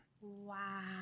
Wow